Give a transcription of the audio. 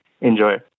enjoy